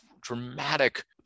dramatic